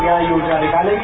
न्याय योजना निकालेगी